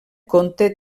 conte